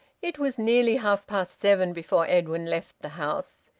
it was nearly half-past seven before edwin left the house.